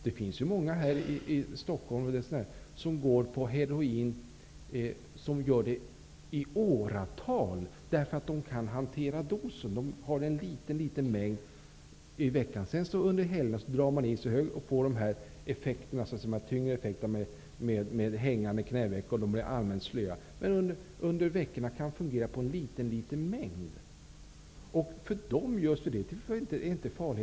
Det finns många här i Stockholm som går på heroin i åratal därför att de kan hantera dosen. De tar en mycket liten mängd i veckan. Under helgen tar de sig en öl och får då de tunga effekterna, blir hängiga med svaga knäveck och allmänt slöa. Under veckan kan de gå på en mycket liten mängd. För dem är farligheten kanske inte så viktig.